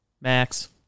Max